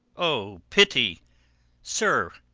o pity sir,